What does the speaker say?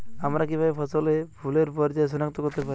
আমরা কিভাবে ফসলে ফুলের পর্যায় সনাক্ত করতে পারি?